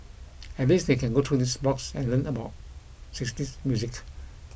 at least they can go through his blogs and learn about sixties music